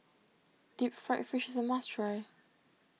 Deep Fried Fish is a must try